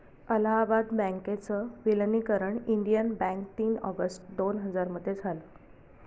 अलाहाबाद बँकेच विलनीकरण Indian Bank तीन ऑगस्ट दोन हजार मध्ये झालं